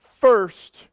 first